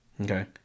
okay